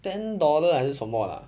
ten dollar 还是什么 lah